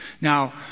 Now